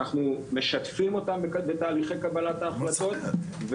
אנחנו משתפים אותם בתהליכי קבלת ההחלטות,